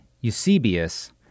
Eusebius